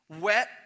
wet